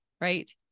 Right